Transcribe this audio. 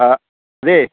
ആ അതെ